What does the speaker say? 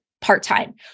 part-time